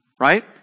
right